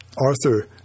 Arthur